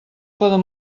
poden